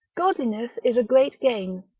godliness is a great gain,